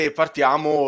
partiamo